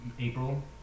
April